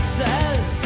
says